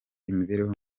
imibereho